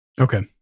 Okay